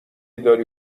داری